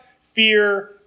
fear